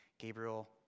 Gabriel